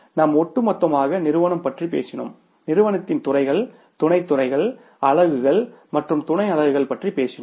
நாம் ஒட்டுமொத்தமாக நிறுவனம் பற்றி பேசினோம் நிறுவனத்தின் துறைகள் துணைத் துறைகள் அலகுகள் மற்றும் துணை அலகுகள் பற்றி பேசினோம்